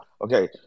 okay